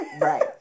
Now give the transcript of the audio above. Right